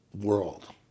world